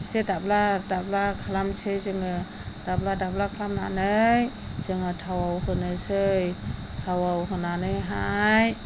एसे दाब्ला दाब्ला खालामसै जोङो दाब्ला दाब्ला खालामनानै जोङो थावआव होनोसै थावआव होनानैहाय